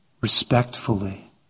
respectfully